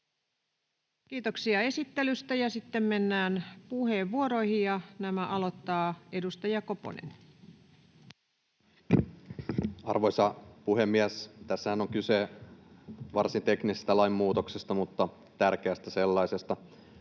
Kiitoksia esittelystä. — Ja sitten mennään puheenvuoroihin, ja nämä aloittaa edustaja Koponen. Arvoisa puhemies! Tässähän on kyse varsin teknisestä lainmuutoksesta mutta tärkeästä sellaisesta.